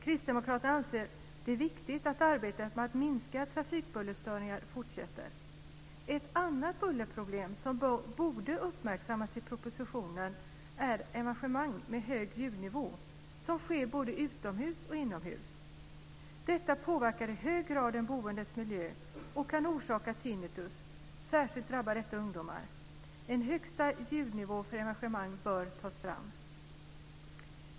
Kristdemokraterna anser att det är viktigt att arbetet med att minska trafikbullerstörningar fortsätter. Ett annat bullerproblem som borde uppmärksammas i propositionen är arrangemang med hög ljudnivå som sker både utomhus och inomhus. Detta påverkar i hög grad den boendes miljö och kan orsaka tinnitus. Särskilt drabbar detta ungdomar. En högsta ljudnivå för arrangemang bör tas fram.